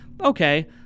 okay